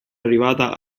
arrivata